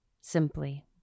simply